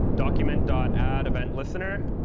document dot add event listener.